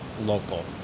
local